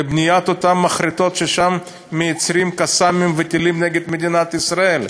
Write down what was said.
לבניית אותן מחרטות ששם מייצרים "קסאמים" וטילים נגד מדינת ישראל.